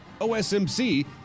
OSMC